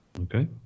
Okay